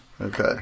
okay